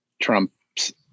trump's